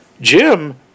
Jim